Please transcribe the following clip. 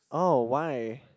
oh why